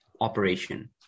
operation